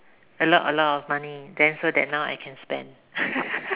a lot a lot of money then so that now I can spend